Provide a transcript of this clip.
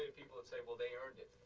people will say, well, they earned it,